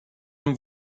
non